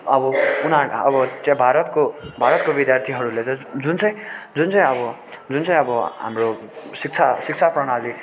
अब उनी अब चाहिँ भारतको भारतको विद्यार्थीहरूले चाहिँ जुन चाहिँ जुन चाहिँ अब जुन चाहिँ अब हाम्रो शिक्षा शिक्षा प्रणाली